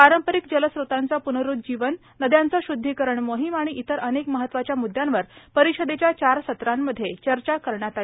पारंपरिक जलस्रोतांचं प्रनरूज्जीवन नद्यांचं शुद्धीकरण मोहीम आणि इतर अनेक महत्वाच्या मुद्यांवर परिषदेच्या चार सत्रांमध्ये चर्चा करण्यात आली